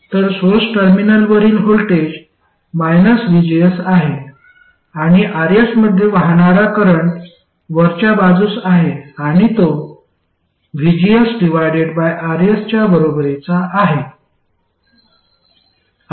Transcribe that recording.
तर सोर्स टर्मिनलवरील voltage vgs आहे आणि Rs मध्ये वाहणारा करंट वरच्या बाजूस आहे आणि तो vgsRs च्या बरोबरीचा आहे